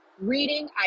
reading